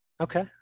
okay